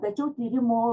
tačiau tyrimų